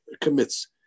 commits